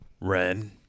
Ren